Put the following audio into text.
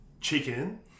Chicken